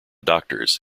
doctors